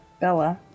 Bella